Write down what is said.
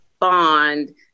bond